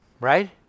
right